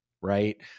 right